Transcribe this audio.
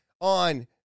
on